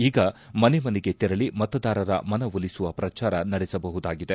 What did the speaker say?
ಈಗ ಮನೆ ಮನೆಗೆ ತೆರಳಿ ಮತದಾರರ ಮನವೊಲಿಸುವ ಪ್ರಚಾರ ನಡೆಸಬಹುದಾಗಿದೆ